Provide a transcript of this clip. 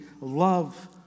love